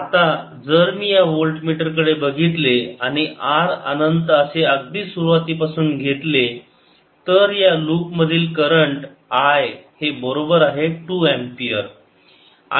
आता जर मी या व्होल्टमीटर कडे बघितले आणि R अनंत असे अगदी सुरुवातीपासून घेतले तर या लूप मधील करंट I हे बरोबर आहे 2 एंपियर